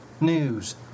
News